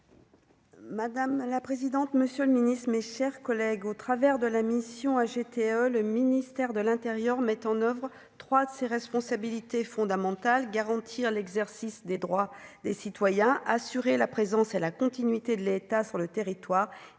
Madame la présidente, monsieur le Ministre, mes chers collègues, au travers de la mission à GTA, le ministère de l'Intérieur mette en oeuvre 3 de ses responsabilités fondamentales garantir l'exercice des droits des citoyens : assurer la présence et la continuité de l'État sur le territoire et